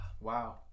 Wow